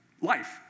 life